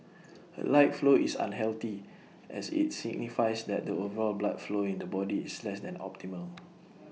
A light flow is unhealthy as IT signifies that the overall blood flow in the body is less than optimal